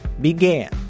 began